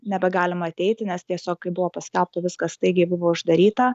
nebegalima ateiti nes tiesiog kai buvo paskelbta viskas staigiai buvo uždaryta